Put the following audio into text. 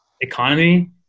economy